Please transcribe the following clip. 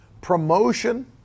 promotion